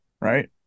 Right